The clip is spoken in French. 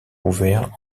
couverts